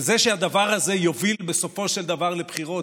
וזה שהדבר הזה יוביל בסופו של דבר לבחירות,